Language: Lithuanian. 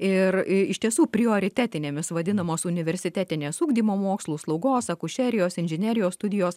ir iš tiesų prioritetinėmis vadinamos universitetinės ugdymo mokslų slaugos akušerijos inžinerijos studijos